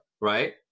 right